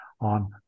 on